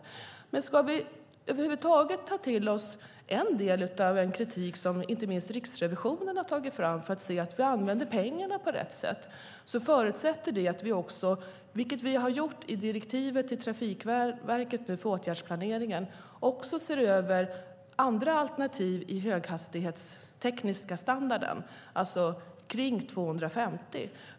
Om vi ska ta till oss en del av kritiken - särskilt Riksrevisionen har tagit fram uppgifter för att vi ska använda pengarna på rätt sätt - förutsätter det att vi, vilket vi gjort i direktivet till Trafikverket gällande åtgärdsplaneringen, även ser över andra alternativ i den höghastighetstekniska standarden, alltså omkring 250.